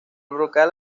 brocal